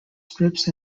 scripts